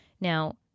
Now